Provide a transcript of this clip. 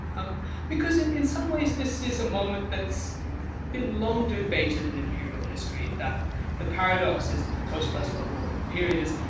um because in in some ways, this is a moment that's been long debated in imperial history, that the paradox is that the post first world war period is,